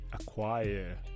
acquire